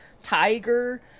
Tiger